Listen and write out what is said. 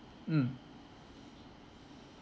mm